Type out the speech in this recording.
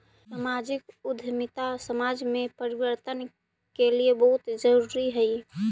सामाजिक उद्यमिता समाज में परिवर्तन के लिए बहुत जरूरी हई